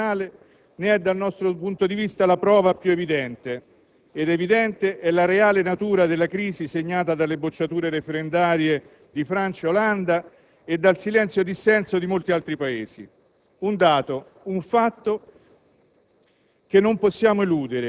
L'*impasse* che si è prodotta nel percorso di ratifica del Trattato costituzionale ne è, dal nostro punto di vista, la prova più evidente ed evidente è la reale natura della crisi segnata dalle bocciature referendarie di Francia e Olanda e dal silenzio-dissenso di molti altri Paesi.